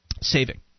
saving